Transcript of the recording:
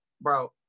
bro